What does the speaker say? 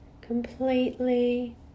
completely